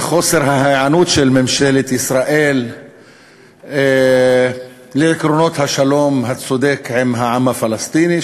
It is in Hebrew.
לחוסר ההיענות של ממשלת ישראל לעקרונות השלום הצודק עם העם הפלסטיני,